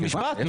אתה,